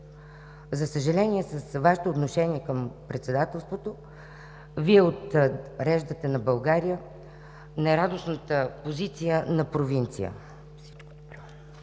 За съжаление, с Вашето отношение към председателството Вие отреждате на България нерадостната позиция на провинция.